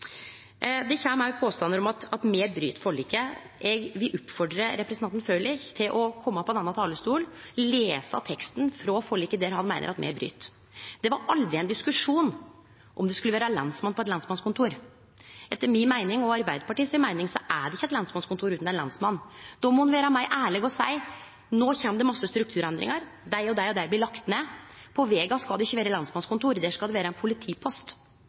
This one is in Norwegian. det som eigentleg er sjølvsagt. Det kjem òg påstandar om at me bryt forliket. Eg vil oppmode representanten Frølich til å kome på denne talarstolen og lese teksten frå forliket der han meiner at me bryt. Det var aldri ein diskusjon om det skulle vere lensmann på eit lensmannskontor. Etter mi og Arbeidarpartiets meining er det ikkje eit lensmannskontor utan ein lensmann. Då må ein vere meir ærleg og seie: No kjem det mange strukturendringar, dei og dei blir lagde ned. På Vega skal det ikkje vere lensmannskontor. Der skal det vere ein politipost.